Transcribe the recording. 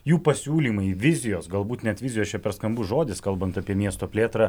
jų pasiūlymai vizijos galbūt net vizijos čia per skambus žodis kalbant apie miesto plėtrą